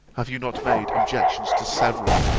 have you not made objections to several